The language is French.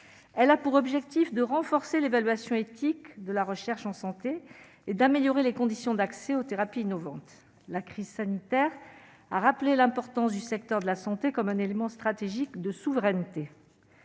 elle a pour objectif de renforcer l'évaluation éthique de la recherche en santé et d'améliorer les conditions d'accès aux thérapies innovantes, la crise sanitaire, a rappelé l'importance du secteur de la santé comme un élément stratégique de souveraineté